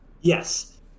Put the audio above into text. Yes